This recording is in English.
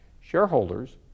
Shareholders